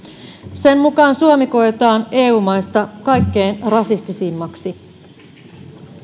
sen mukaan suomi koetaan eu maista kaikkein rasistisimmaksi